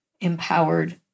empowered